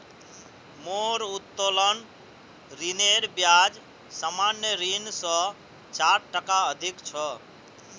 मोर उत्तोलन ऋनेर ब्याज सामान्य ऋण स चार टका अधिक छ